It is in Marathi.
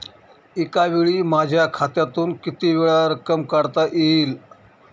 एकावेळी माझ्या खात्यातून कितीवेळा रक्कम काढता येईल?